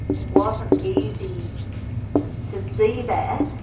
it wasn't easy to see that,